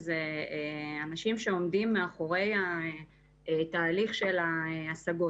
אלא הם בשל המסרונים של איכוני שב"כ.